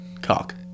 cock